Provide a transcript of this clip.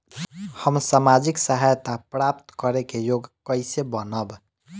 हम सामाजिक सहायता प्राप्त करे के योग्य कइसे बनब?